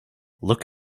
look